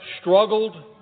struggled